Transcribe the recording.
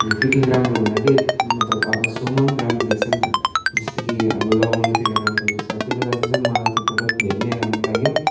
अनि फिटिङ राम्रो हुनाले मतलब अब सोमा पनि राम्रो देख्छ नि त जस्तो कि अब लगाउनुतिर राम्रो देख्छ त्यसले लागि चाहिँ मलाई त्यो प्रडक्ट धेरै नै राम्रो लाग्यो